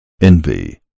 envy